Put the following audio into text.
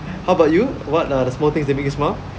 how about you what are the small things that make you smile